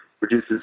reduces